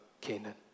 Canaan